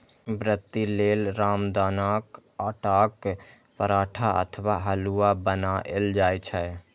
व्रती लेल रामदानाक आटाक पराठा अथवा हलुआ बनाएल जाइ छै